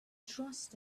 trust